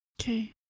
Okay